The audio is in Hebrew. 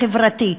החברתי,